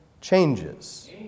changes